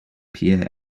pierre